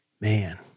Man